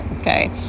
okay